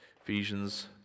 Ephesians